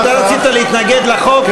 אתה רצית להתנגד לחוק,